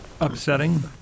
upsetting